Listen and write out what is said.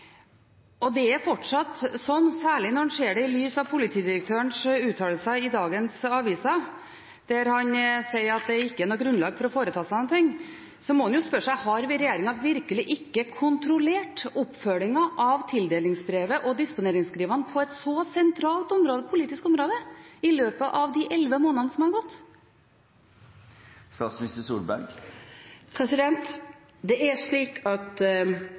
Og man må jo spørre seg – særlig når man ser det i lys av politidirektørens uttalelser i dagens aviser, der han sier at det ikke er noe grunnlag for å foreta seg noen ting – om regjeringen virkelig ikke har kontrollert oppfølgingen av tildelingsbrevet og disponeringsskrivene på et så sentralt politisk område i løpet av de elleve månedene som har gått. Spørsmålet om man har fulgt opp eller ikke, gjennomgås nå av politiet, med en rapport til justisministeren. Det er